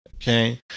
Okay